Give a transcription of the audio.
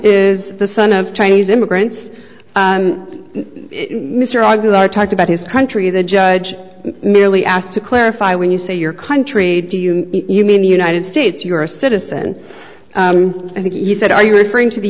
is the son of chinese immigrants mr aguilera talked about his country the judge merely asked to clarify when you say your country do you you mean the united states you are a citizen and he said are you referring to the